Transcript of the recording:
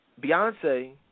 Beyonce